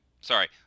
Sorry